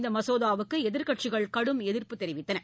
இந்தமசோதாவுக்குஎதிர்க்கட்சிகள் கடும் எதிர்ப்பு தெரிவித்தன